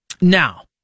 Now